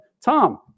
Tom